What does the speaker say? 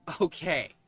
okay